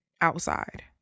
outside